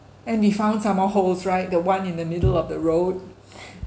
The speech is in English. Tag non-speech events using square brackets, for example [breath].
and we found some more holes right the one in the middle of the road [breath]